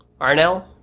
Arnell